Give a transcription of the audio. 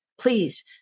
Please